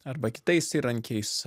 arba kitais įrankiais